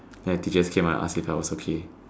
then the teachers came out and asked me if I was okay